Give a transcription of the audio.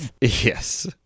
Yes